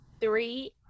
three